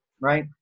right